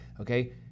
Okay